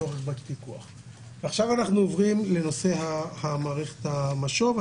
עכשיו אנחנו עוברים למערכת המשוב.